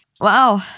wow